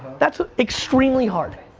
that's extremely hard.